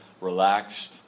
relaxed